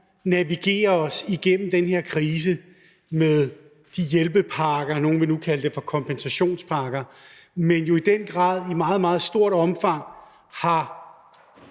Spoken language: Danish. navigere igennem den her krise med de her hjælpepakker – nogle vil nu kalde dem kompensationspakker. Men vi har jo i meget, meget stort omfang